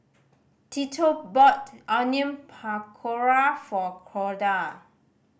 Tito bought Onion Pakora for Corda